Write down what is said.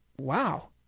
Wow